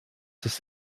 des